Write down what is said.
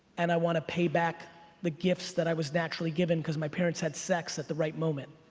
and i want to pay back the gifts that i was naturally given cause my parents had sex at the right moment.